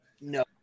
No